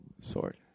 sword